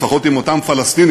לפחות עם אותם פלסטינים